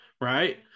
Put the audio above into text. right